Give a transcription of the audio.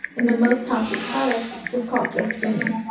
and the most toxic product was called just for me.